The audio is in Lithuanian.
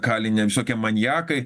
kalinę visokie maniakai